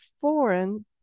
foreign